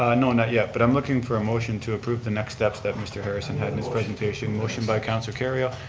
ah no, not yet, but i'm looking for motion to approve the next steps that mr. harrison had in his presentation. motion by councilor kerrio,